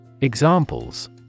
Examples